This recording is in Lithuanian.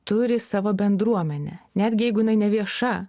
turi savo bendruomenę netgi jeigu jinai nevieša